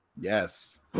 yes